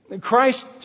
Christ